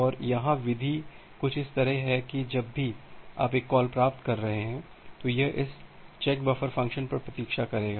और यहाँ विधि कुछ इस तरह है कि जब भी आप एक कॉल प्राप्त कर रहे हैं यह इस CheckBuffer फ़ंक्शन पर प्रतीक्षा करेगा